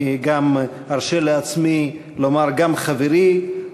אני גם ארשה לעצמי לומר גם חברי,